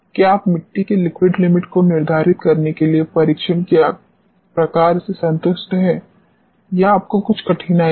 क्या आप मिट्टी की लिक्विड लिमिट को निर्धारित करने के लिए परीक्षण के प्रकार से संतुष्ट हैं या आपको कुछ कठिनाई है